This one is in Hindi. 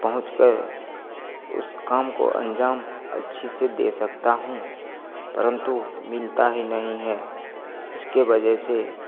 पहुँच कर उस काम को अंजाम अच्छे से दे सकता हूँ परंतु मिलता ही नहीं है इसके वजह से